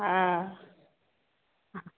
हँ हॅं